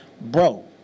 bro